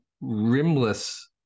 rimless